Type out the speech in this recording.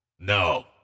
No